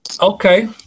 Okay